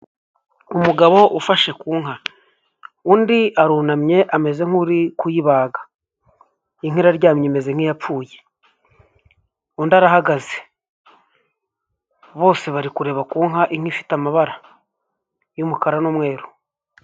Umugabo ufashe ku nka, undi arunamye ameze nk'uri kuyibaga, inka iraryamye imeze nk'iyapfuye, undi arahagaze, bose bari kureba ku nka, inka ifite amabara y'umukara n'umweru.